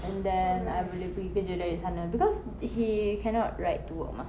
and then I boleh pergi kerja dari sana because he cannot ride to work mah